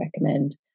recommend